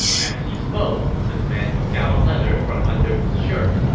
as he spoke, this man took out a letter from under his shirt.